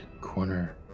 corner